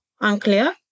unclear